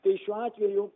tai šiuo atveju